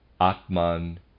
Atman